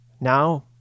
now